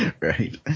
right